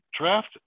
draft